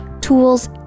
tools